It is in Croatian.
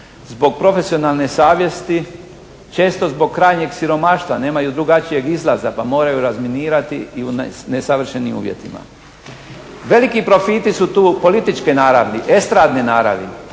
zbog profesionalne savjesti, često zbog krajnjeg siromaštva. Nemaju drugačijeg izlaza pa moraju razminirati i u nesavršenim uvjetima. Veliki profiti su tu političke naravi, estradne naravi.